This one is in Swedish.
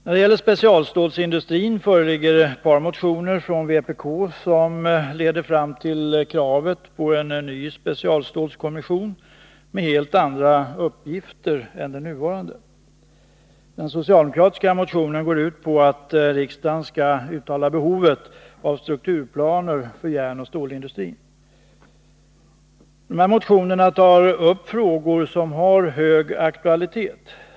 När det gäller specialstålsindustrin föreligger det två motioner, en från vpk som leder fram till kravet på en ny specialstålskommission med helt andra uppgifter än den nuvarande. Den socialdemokratiska motionen går ut på att riksdagen skall uttala behovet av strukturplaner för järnoch stålindustrin. Båda motionerna tar upp frågor som har hög aktualitet.